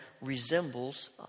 resembles